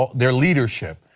their leadership,